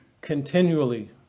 continually